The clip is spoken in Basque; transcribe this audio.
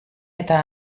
eta